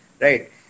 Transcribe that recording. right